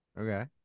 Okay